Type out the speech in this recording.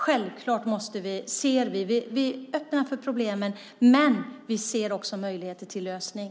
Självklart är vi öppna för problemen, men vi ser också möjligheter till lösning.